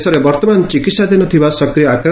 ଦେଶରେ ବର୍ତ୍ତମାନ ଚିକିହାଧୀନ ଥିବା ସକ୍ରିୟ ଆକ୍